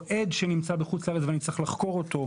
או עד שנמצא בחוץ לארץ ואני צריך לחקור אותו,